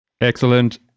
Excellent